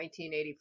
1984